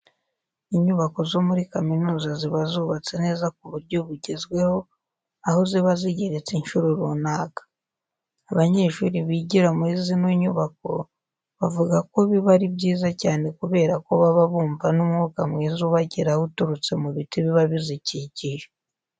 Inyubako zo muri kaminuza ziba zubatse neza ku buryo bugezweho, aho ziba zigeretse incuro runaka. Abanyeshuri bigira muri zino nyubako bavuga ko biba ari byiza cyane kubera ko baba bumva n'umwuka mwiza ubageraho uturutse mu biti biba bizikikije.